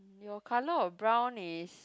your colour of brown is